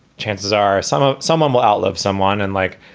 chances are some ah someone will outlive someone and like,